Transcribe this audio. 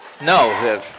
No